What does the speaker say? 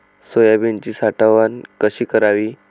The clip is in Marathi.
सोयाबीनची साठवण कशी करावी?